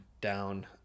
down